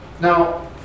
Now